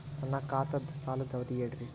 ನನ್ನ ಖಾತಾದ್ದ ಸಾಲದ್ ಅವಧಿ ಹೇಳ್ರಿ